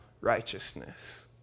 righteousness